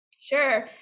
Sure